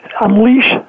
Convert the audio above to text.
unleash